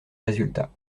résultats